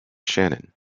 shannon